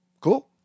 Cool